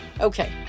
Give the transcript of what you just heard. Okay